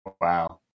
Wow